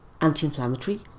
anti-inflammatory